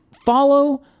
follow